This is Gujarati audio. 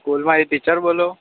સ્કૂલંમાથી ટીચર બોલો